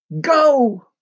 go